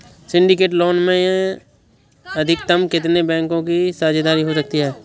Syndicate loan में अधिकतम कितने बैंकों की साझेदारी हो सकती है?